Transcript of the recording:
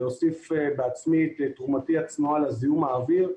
להוסיף בעצמי את תרומתי הצנועה לזיהום האוויר,